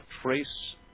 trace